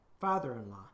father-in-law